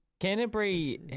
Canterbury